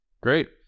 Great